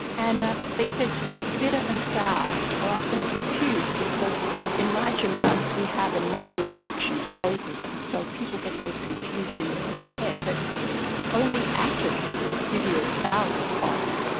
and they said bitter and sour are often confused. in large amounts we have a negative reaction to both of them, so people get those confused in in their head. but only acids give you a sour response,